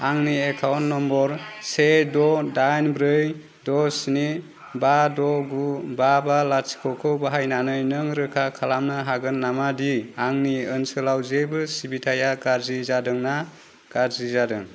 आंनि account number से द' दाइन ब्रै द' स्नि बा द' गु बा बा लाथिख'खौ बाहायनानै नों रोखा खालामनो हागोन नामा दि आंनि ओनसोलाव जेबो सिबिथाया गाज्रि जादोंना गाज्रि जादों